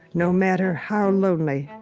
no matter how lonely,